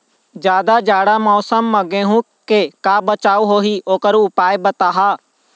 जादा जाड़ा मौसम म गेहूं के का बचाव होही ओकर उपाय बताहा?